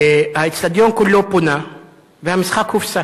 האיצטדיון כולו פונה והמשחק הופסק.